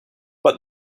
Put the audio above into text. but